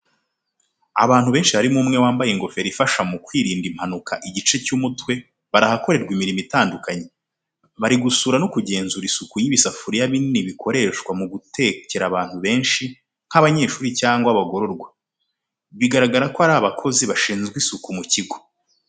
Abantu benshi harimo umwe wambaye ingofero ifasha mu kurinda impanuka igice cy'umutwe bari ahakorerwa imirimo itandukanye, bari gusura no kugenzura isuku y'ibisafuriya binini bikoreshwa mu gutekera abantu benshi nk'abanyeshuri cyangwa abagororwa. Biragaragara ko ari abakozi bashinzwe isuku mu kigo.